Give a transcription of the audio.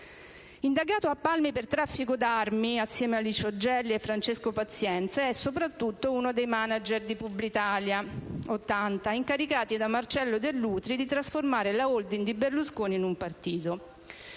Indagato a Palmi per traffico d'armi assieme a Licio Gelli e Francesco Pazienza, è soprattutto uno dei *manager* di Publitalia '80, incaricati da Marcello Dell'Utri di trasformare la *holding* di Berlusconi in un partito.